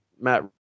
Matt